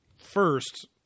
first